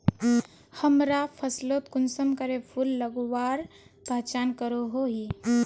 हमरा फसलोत कुंसम करे फूल लगवार पहचान करो ही?